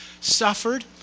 suffered